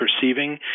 perceiving